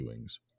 viewings